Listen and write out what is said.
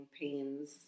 pains